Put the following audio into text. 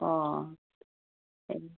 অঁ